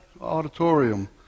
auditorium